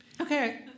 okay